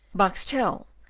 boxtel,